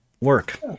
work